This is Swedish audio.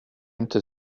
inte